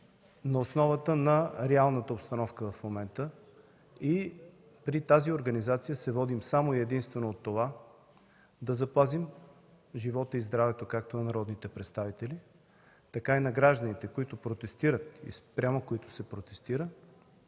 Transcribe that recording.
на основата на реалната обстановка в момента. При тази организация се водим само и единствено от това да запазим живота и здравето както на народните представители, така и на гражданите, които протестират и спрямо които се протестира,